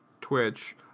Twitch